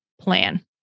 plan